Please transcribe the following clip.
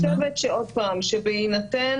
אז אני חושבת, עוד פעם, שבהינתן